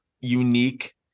unique